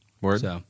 Word